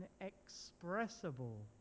inexpressible